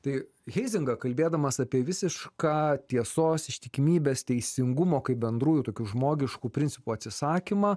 tai heizinga kalbėdamas apie visišką tiesos ištikimybės teisingumo kaip bendrųjų tokių žmogiškų principų atsisakymą